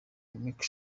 macky